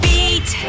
Beat